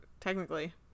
technically